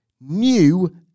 new